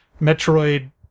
Metroid